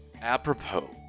apropos